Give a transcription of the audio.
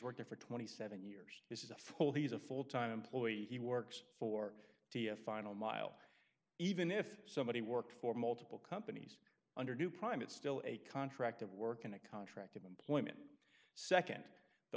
worked for twenty seven years this is a full he's a full time employee he works for the final mile even if somebody worked for multiple companies under a new prime it's still a contract of work and a contract of employment nd the